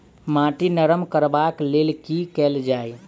माटि नरम करबाक लेल की केल जाय?